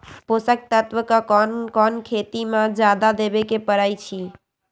पोषक तत्व क कौन कौन खेती म जादा देवे क परईछी?